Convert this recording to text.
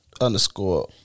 underscore